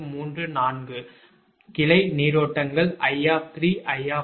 for வலது கிளை நீரோட்டங்கள் 𝐼 𝐼